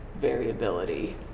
variability